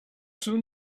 soon